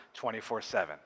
24-7